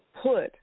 put